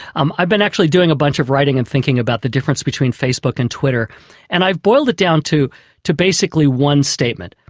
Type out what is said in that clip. um i've been actually doing a bunch of writing and thinking about the difference between facebook and twitter and i boiled it down to to basically one statement.